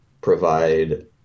provide